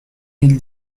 mille